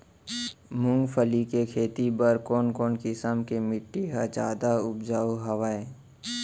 मूंगफली के खेती बर कोन कोन किसम के माटी ह जादा उपजाऊ हवये?